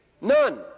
None